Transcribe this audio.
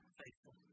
faithful